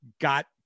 got